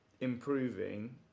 improving